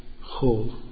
whole